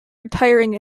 retiring